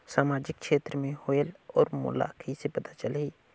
समाजिक क्षेत्र कौन होएल? और मोला कइसे पता चलही?